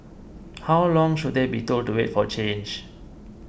how long should they be told to wait for change